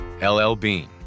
LLBean